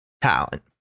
talent